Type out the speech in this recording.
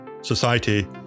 society